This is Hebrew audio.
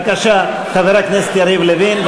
בבקשה, חבר הכנסת יריב לוין.